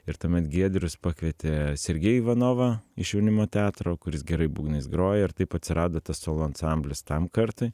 ir tuomet giedrius pakvietė sergiejų ivanovą iš jaunimo teatro kuris gerai būgnais groja ir taip atsirado tas solo ansamblis tam kartui